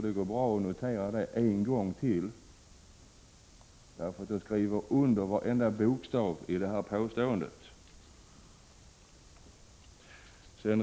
Det går bra att notera det en gång till; jag kan skriva under varenda bokstav i det påståendet.